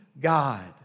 God